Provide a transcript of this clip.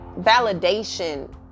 validation